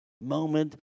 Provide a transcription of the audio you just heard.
moment